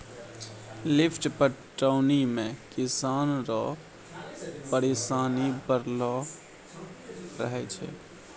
lift पटौनी मे किसान रो परिसानी बड़लो रहै छै